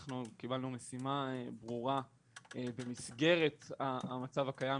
אנחנו קיבלנו משימה ברורה במסגרת המצב הקיים,